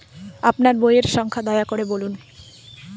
আপনার বইয়ের সংখ্যা দয়া করে বলুন?